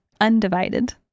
Undivided